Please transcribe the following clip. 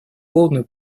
полную